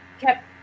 kept